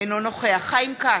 אינו נוכח חיים כץ,